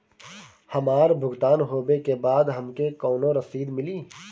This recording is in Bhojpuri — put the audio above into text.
हमार भुगतान होबे के बाद हमके कौनो रसीद मिली?